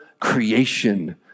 creation